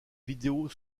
vidéos